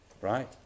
right